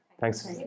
Thanks